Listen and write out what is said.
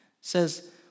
says